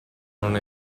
non